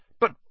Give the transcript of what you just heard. But